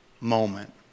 moment